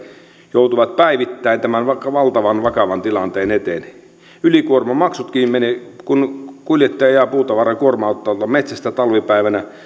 joutuvat päivittäin tämän valtavan vakavan tilanteen eteen ja ylikuormamaksutkin menevät kun kuljettaja ajaa puutavaraa kuorma autolla metsästä talvipäivänä